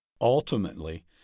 Ultimately